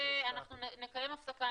אנחנו נקיים הפסקה,